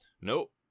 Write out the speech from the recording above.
Nope